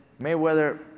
Mayweather